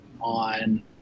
on